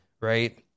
Right